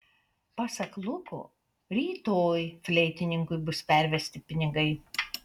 pasak luko rytoj fleitininkui bus pervesti pinigai